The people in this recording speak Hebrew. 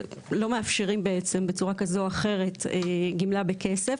לא מאפשרים בצורה כזו או אחרת גמלה בכסף,